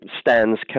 stands